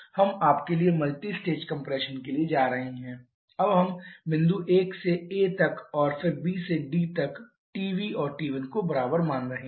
हम आपके लिए मल्टी स्टेज कंप्रेशन के लिए जा रहे हैं अब हम बिंदु 1 से A तक और फिर B से D तक TB और T1 को बराबर मान रहे हैं